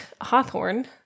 Hawthorne